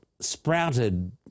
sprouted